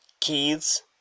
kids